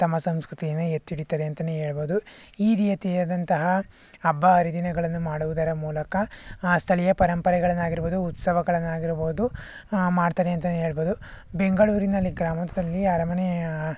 ತಮ್ಮ ಸಂಸ್ಕೃತಿಯನ್ನು ಎತ್ತಿ ಹಿಡಿತಾರೆ ಅಂತಲೇ ಹೇಳ್ಬೋದು ಈ ರೀತಿಯಾದಂತಹ ಹಬ್ಬ ಹರಿದಿನಗಳನ್ನು ಮಾಡುವುದರ ಮೂಲಕ ಸ್ಥಳೀಯ ಪರಂಪರೆಗಳನ್ನಾಗಿರಬಹುದು ಉತ್ಸವಗಳನ್ನಾಗಿರಬಹುದು ಮಾಡ್ತಾರೆ ಅಂತಲೇ ಹೇಳಬಹುದು ಬೆಂಗಳೂರಿನಲ್ಲಿ ಗ್ರಾಮಾಂತರದಲ್ಲಿ ಅರಮನೆಯ